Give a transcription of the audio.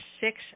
six